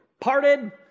parted